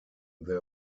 their